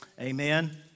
Amen